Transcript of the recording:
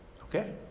Okay